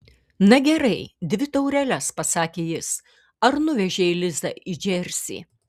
na gerai dvi taureles pasakė jis ar nuvežei lizą į džersį